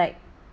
like